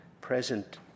present